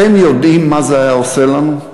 אתם יודעים מה זה היה עושה לנו?